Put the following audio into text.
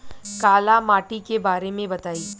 काला माटी के बारे में बताई?